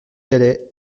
calais